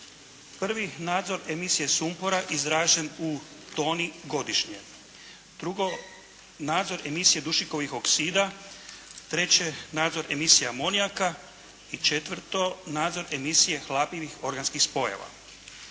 Prvi, nadzor emisije sumpora izražen u toni godišnje. Drugo, nadzor emisije dušikovih oksida. Treće, nadzor emisija amonijaka. I četvrto, nadzor emisije hlapljivih organskih spojeva.